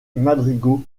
madrigaux